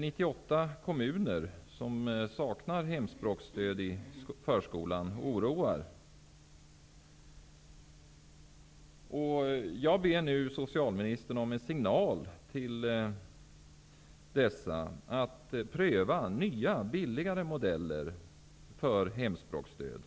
98 kommuner som saknar hemspråksstöd i förskolan oroar, och jag ber nu socialministern om en signal till dessa att pröva nya, billigare modeller för hemspråksstöd.